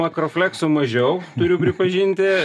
makrofleksų mažiau turiu pripažinti